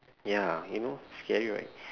ya you know scary right